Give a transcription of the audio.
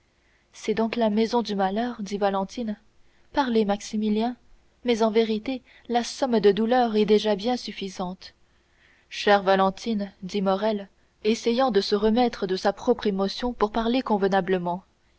c'est donc la maison du malheur dit valentine parlez maximilien mais en vérité la somme de douleurs est déjà bien suffisante chère valentine dit morrel essayant de se remettre de sa propre émotion pour parler convenablement